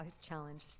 challenge